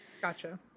gotcha